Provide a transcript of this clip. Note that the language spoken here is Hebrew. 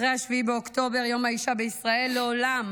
אחרי 7 באוקטובר יום האישה בישראל לעולם